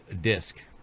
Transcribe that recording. disc